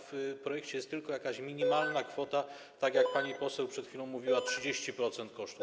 W projekcie jest tylko jakaś minimalna kwota, jak pani poseł przed chwilą mówiła - 30% kosztów.